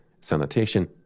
sanitation